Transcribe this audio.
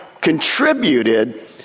contributed